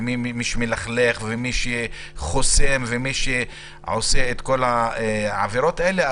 ומי שמלכלך ומי שחוסם ומי שעושה את כל העבירות האלה.,